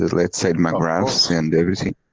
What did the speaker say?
let's say magravs and everything?